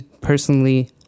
personally